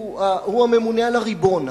הוא הממונה על הריבון.